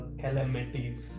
calamities